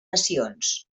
nacions